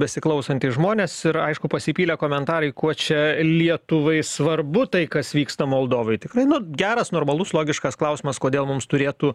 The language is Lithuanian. besiklausantys žmonės ir aišku pasipylė komentarai kuo čia lietuvai svarbu tai kas vyksta moldovoj tikrai nu geras normalus logiškas klausimas kodėl mums turėtų